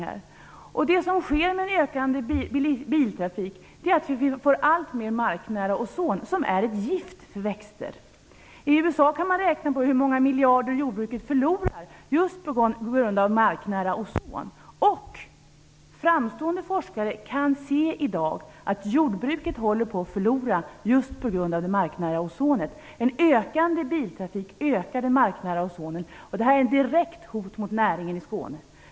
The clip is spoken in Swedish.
Vad som följer av en ökande biltrafik är att vi får alltmer marknära ozon, som är ett gift för växter. I USA har man räknat på hur många miljarder jordbruket förlorar just på grund av marknära ozon. Framstående forskare kan i dag visa att jordbruket håller på att förlora på grund av det marknära ozonet. En stigande biltrafik ökar det marknära ozonet, och det är ett direkt hot mot jordbruksnäringen i Skåne.